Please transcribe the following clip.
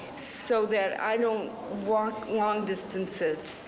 so that i don't walk long distances.